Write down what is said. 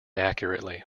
accurately